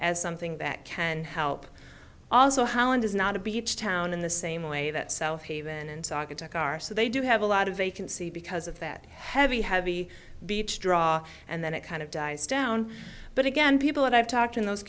as something that can help also holland is not a beach town in the same way that self haven and saugatuck are so they do have a lot of vacancy because of that heavy heavy beach draw and then it kind of dies down but again people that i've talked in those